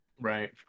right